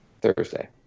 Thursday